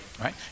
Right